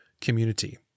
community